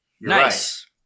Nice